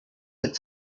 that